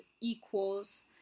equals